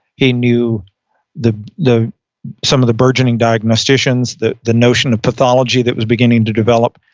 he knew the the some of the burgeoning diagnosticians that the notion of pathology that was beginning to develop.